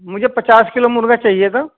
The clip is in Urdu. مجھے پچاس کلو مرغہ چاہیے تھا